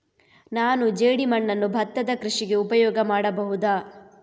ನಾನು ಜೇಡಿಮಣ್ಣನ್ನು ಭತ್ತದ ಕೃಷಿಗೆ ಉಪಯೋಗ ಮಾಡಬಹುದಾ?